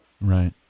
Right